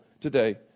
today